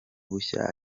bushya